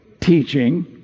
teaching